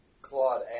Claude